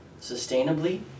sustainably